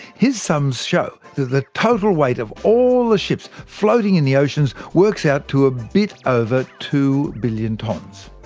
his sums show that the total weight of all the ships floating in the oceans works out to a bit over two billion tonnes.